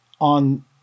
on